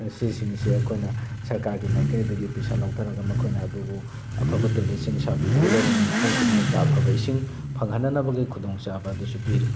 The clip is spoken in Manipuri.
ꯑꯁꯤꯁꯤꯡꯁꯦ ꯑꯩꯈꯣꯏꯅ ꯁꯔꯀꯥꯔꯒꯤ ꯃꯥꯏꯀꯩꯗꯒꯤ ꯄꯩꯁꯥ ꯂꯧꯊꯔꯒ ꯃꯈꯣꯏꯅ ꯑꯗꯨꯕꯨ ꯑꯐꯕ ꯇꯣꯏꯂꯦꯠꯁꯤꯡ ꯁꯥꯕꯤꯕꯒ ꯂꯣꯏꯅꯅ ꯃꯐꯝ ꯈꯨꯗꯤꯡꯃꯛꯇ ꯑꯐꯕ ꯏꯁꯤꯡ ꯐꯪꯍꯟꯅꯅꯕꯒꯤ ꯈꯨꯗꯣꯡ ꯆꯥꯕ ꯑꯗꯨꯁꯨ ꯄꯤꯔꯤ